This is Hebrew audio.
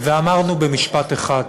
ואמרנו במשפט אחד: